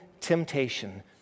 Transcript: temptation